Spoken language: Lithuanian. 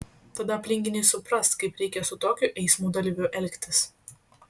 tada aplinkiniai supras kaip reikia su tokiu eismo dalyviu elgtis